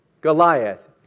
Goliath